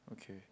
okay